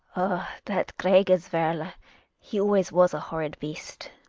that gregers werle a he always was a horrid beast.